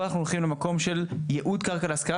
פה אנחנו הולכים למקום של ייעוד קרקע להשכרה,